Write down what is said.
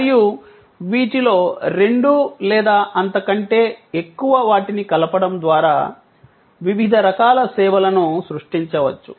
మరియు వీటిలో రెండు లేదా అంతకంటే ఎక్కువ వాటిని కలపడం ద్వారా వివిధ రకాల సేవలను సృష్టించవచ్చు